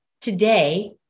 Today